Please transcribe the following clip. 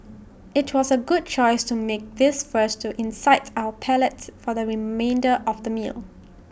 IT was A good choice to make this first to incite our palate for the remainder of the meal